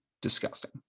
disgusting